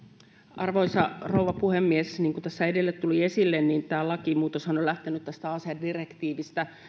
arvoisa rouva puhemies niin kuin tässä edellä tuli esille tämä lakimuutoshan on lähtenyt tästä asedirektiivistä